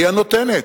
היא הנותנת.